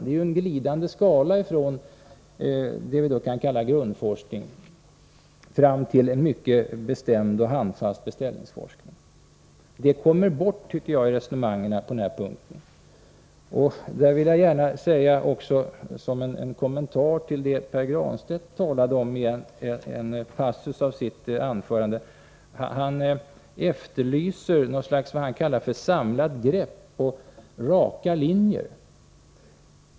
Det är fråga om en glidande skala från det vi kan kalla grundforskning till en mycket bestämd och handfast beställningsforskning. Detta kommer ofta bort i resonemangen på denna punkt. Sedan vill jag gärna ge en kommentar till det Pär Granstedt talade om i en passus i sitt anförande. Pär Granstedt efterlyste någonting vad han kallar för samlat grepp och raka linjer.